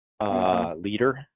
leader